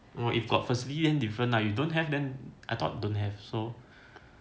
if got facility then different lah if don't have then I thought don't have so